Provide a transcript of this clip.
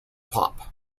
pop